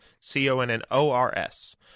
C-O-N-N-O-R-S